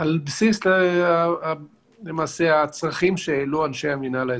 על בסיס הצרכים שהעלו אנשים המינהל האזרחי.